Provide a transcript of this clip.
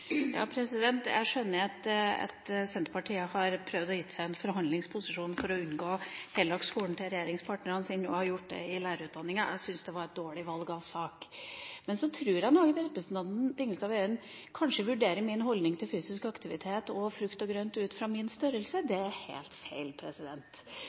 skjønner at Senterpartiet har prøvd å gi seg en forhandlingsposisjon for å unngå heldagsskolen til regjeringspartnerne sine, og har gjort det på lærerutdanninga. Jeg syns det var et dårlig valg av sak. Men så tror jeg nok at representanten Tingelstad Wøien kanskje vurderer min holdning til fysisk aktivitet og frukt og grønt ut fra min størrelse.